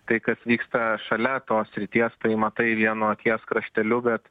tai kas vyksta šalia tos srities tai matai vienu akies krašteliu bet